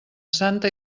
santa